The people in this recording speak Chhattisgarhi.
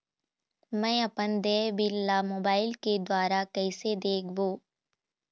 मैं अपन देय बिल ला मोबाइल के द्वारा कइसे देखबों?